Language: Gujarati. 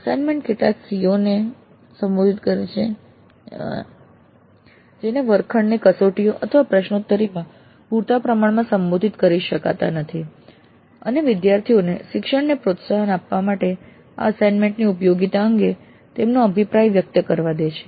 અસાઈનમનેટ કેટલાક COs ને સંબોધિત કરે જેને વર્ગખંડની કસોટીઓ અથવા પ્રશ્નોત્તરીમાં પૂરતા પ્રમાણમાં સંબોધિત કરી શકાતા નથી અને વિદ્યાર્થીઓને શિક્ષણને પ્રોત્સાહન આપવા માટે આ અસાઈનમનેટ ની ઉપયોગિતા અંગે તેમનો અભિપ્રાય વ્યક્ત કરવા દે છે